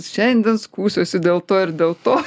šiandien skųsiuosi dėl to ir dėl to